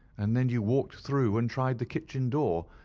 and then you walked through and tried the kitchen door,